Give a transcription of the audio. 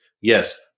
Yes